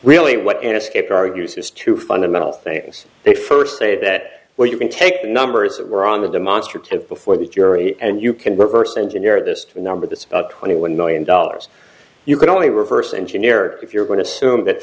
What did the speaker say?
really what an escape argues is two fundamental things they first say that well you can take the numbers that were on the demonstrative before the jury and you can reverse engineer this number that's about twenty one million dollars you can only reverse engineer if you're going to assume that